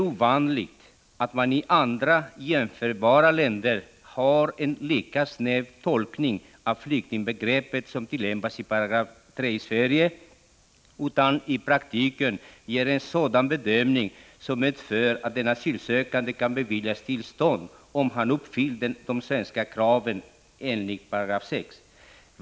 ovanligt att man i andra jämförbara länder har en så snäv tolkning av flyktingbegreppet som tillämpas i 3 § i Sverige. I praktiken gör man en bedömning som medför att den asylsökande kan beviljas tillstånd, om han uppfyller de svenska kraven enligt 6 §.